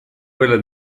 quella